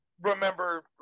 remember